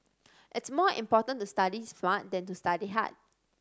it is more important to study smart than to study hard